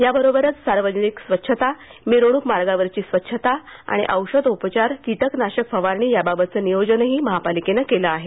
यावरोबरच सार्वजनिक स्वच्छता मिरवणूक मार्गावरची स्वच्छता आणि औषधोपचार कीटकनाशक फवारणी याबाबतचं नियोजनही महापालिकेनं केलं आहे